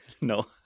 No